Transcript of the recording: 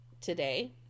today